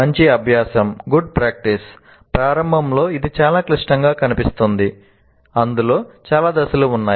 మంచి అభ్యాసం ప్రారంభంలో ఇది చాలా క్లిష్టంగా కనిపిస్తుంది అందులో చాలా దశలు ఉన్నాయి